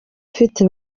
mfite